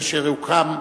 כאשר הוקם,